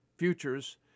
futures